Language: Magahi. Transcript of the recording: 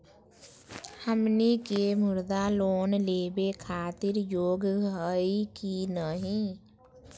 हमनी के मुद्रा लोन लेवे खातीर योग्य हई की नही?